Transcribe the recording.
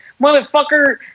motherfucker